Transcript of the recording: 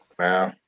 Wow